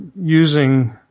using